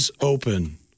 open